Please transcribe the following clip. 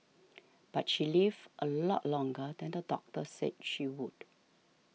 but she lived a lot longer than the doctor said she would